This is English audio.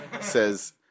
says